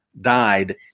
died